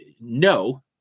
no